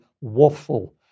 waffle